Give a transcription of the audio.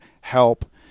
help